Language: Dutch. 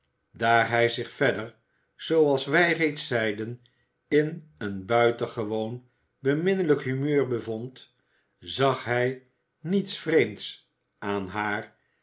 daar hij zich verder zooals wij reeds zeiden in een buitengewoon beminnelijk humeur bevond zag hij niets vreemds aan haar